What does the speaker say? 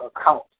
account